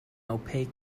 opaque